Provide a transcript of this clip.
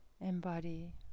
embody